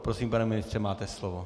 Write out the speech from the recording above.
Prosím, pane ministře, máte slovo.